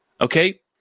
Okay